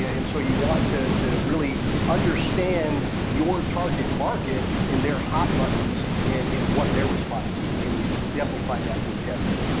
ah and so, you want to to really understand your target market in their hot buttons in in what they're responding to. and and you definitely find out through the testing.